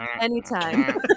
Anytime